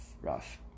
rough